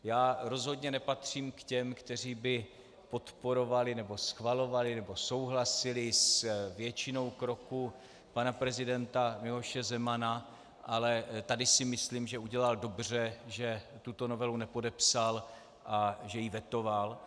Já rozhodně nepatřím k těm, kteří by podporovali nebo schvalovali nebo souhlasili s většinou kroků pana prezidenta Miloše Zemana, ale tady si myslím, že udělal dobře, že tuto novelu nepodepsal a že ji vetoval.